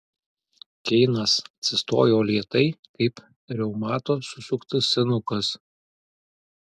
keinas atsistojo lėtai kaip reumato susuktas senukas